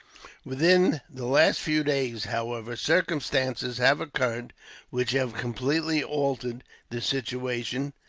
within the last few days, however, circumstances have occurred which have completely altered the situation.